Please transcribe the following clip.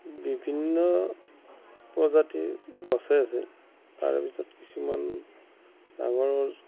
বিভিন্ন প্ৰজাতিৰ গছেই আছে তাৰ ভিতৰত কিছুমান ডাঙৰ গছ